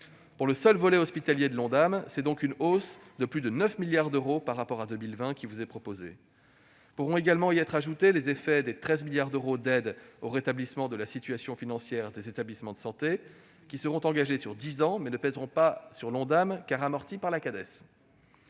Pour le seul volet hospitalier de l'Ondam, c'est donc une hausse en 2021 de plus de 9 milliards d'euros par rapport à 2020 qui vous est proposée. Pourront également y être ajoutés les effets des 13 milliards d'euros d'aide au rétablissement de la situation financière des établissements de santé, qui seront engagés sur dix ans, mais qui ne pèseront pas sur l'Ondam, car amortis par la Caisse